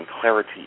clarity